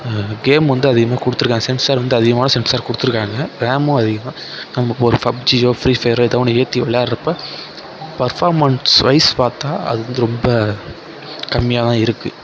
game வந்து அதிகமாக கொடுத்துருக்காங்க சென்சார் வந்து அதிகமான சென்சார் கொடுத்துருக்காங்க ரேமும் அதிகம் நம்ம ஒரு பப்ஜியோ ஃபிரீஃபையரோ எதோ ஒன்று ஏற்றி விளையாடுறப்போ பர்பாமென்ஸ் வைஸ் பார்த்தா அது வந்து ரொம்ப கம்மியாக தான் இருக்கு